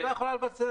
המדינה יכולה לבצע.